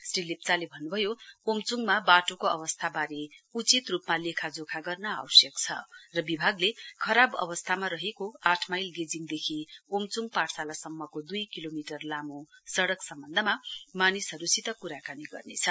श्री लेप्चाले भन्न् भयो ओमच्ङमा बाटोको अवस्थाबारे उचित रूपमा लेखाजोखा गर्न आवश्यक छ र विभागले खराब अवस्थानमा रहेको आठ माइल गेजिङदेखि ओमच्ङ पाठशाला सम्मको द्र्ई किलोमिटर लामो सडक सम्बन्धमा मानिसहरूसित कुराकानी गर्नेछ